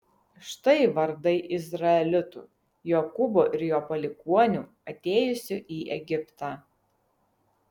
štai vardai izraelitų jokūbo ir jo palikuonių atėjusių į egiptą